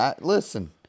Listen